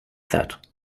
that